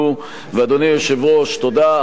אדוני היושב-ראש, תודה אחרונה